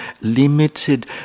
limited